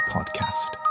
Podcast